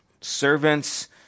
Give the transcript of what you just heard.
servants